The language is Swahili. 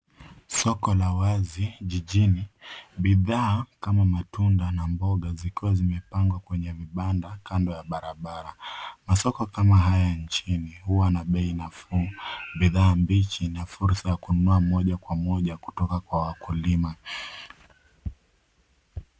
Soko la wazi jijini. Bidhaa kama matunda na mboga zikiwa zimepangwa kwenye vibanda, kando ya barabara. Masoko kama haya nchini huwa na bei nafuu, bidhaa bichi na fursa ya kununua moja kwa moja kutoka kwa wakulima.